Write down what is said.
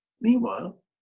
meanwhile